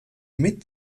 mit